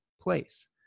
place